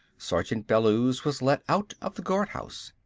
sergeant bellews was let out of the guardhouse.